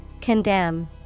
Condemn